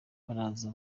baraza